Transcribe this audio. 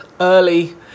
early